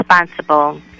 responsible